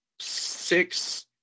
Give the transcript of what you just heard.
six